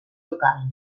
local